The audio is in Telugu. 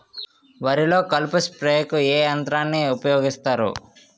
వరిలో కలుపు స్ప్రేకు ఏ యంత్రాన్ని ఊపాయోగిస్తారు?